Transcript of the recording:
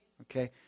Okay